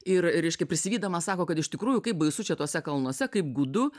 ir reiškia prisivydamas sako kad iš tikrųjų kaip baisu čia tuose kalnuose kaip gūdu